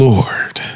Lord